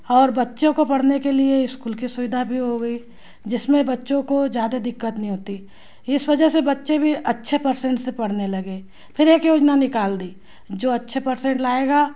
और बच्चों को पढ़ने के लिए स्कूल की सुविधा भी हो गई जिसमें बच्चों को ज़्यादे दिक्कत नहीं होती इस वजह से बच्चे भी अच्छे परसेंट से पढ़ने लगे फिर एक योजना निकाल दी जो अच्छे परसेंट लाएगा